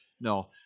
No